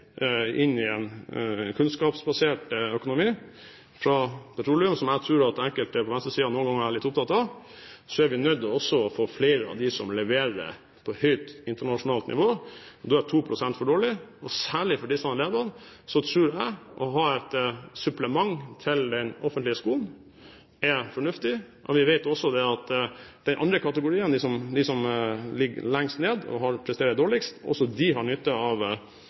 inn i en kunnskapsbasert økonomi fra petroleum, som jeg tror at enkelte på venstresiden noen ganger er litt opptatt av, er vi nødt til å få flere som leverer på høyt internasjonalt nivå. Da er 2 pst. for dårlig. Særlig for disse elevene tror jeg det er fornuftig å ha et supplement til den offentlige skolen. Vi vet at de som er i de andre kategoriene, de som ligger lengst ned og presterer dårligst, også har nytte av